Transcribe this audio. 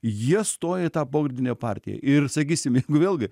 jie stoja į tą pogrindinę partiją ir sakysim vėlgi